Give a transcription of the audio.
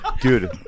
dude